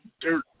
dirt